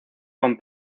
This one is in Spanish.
con